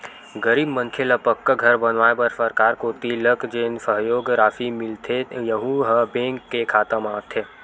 गरीब मनखे ल पक्का घर बनवाए बर सरकार कोती लक जेन सहयोग रासि मिलथे यहूँ ह बेंक के खाता म आथे